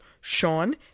Sean